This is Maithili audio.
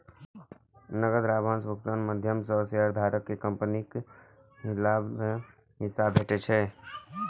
नकद लाभांश भुगतानक माध्यम सं शेयरधारक कें कंपनीक लाभ मे हिस्सा भेटै छै